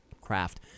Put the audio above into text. craft